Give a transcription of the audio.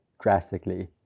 drastically